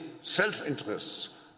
self-interests